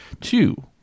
two